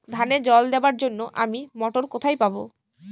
ধানে জল দেবার জন্য আমি মটর কোথায় পাবো?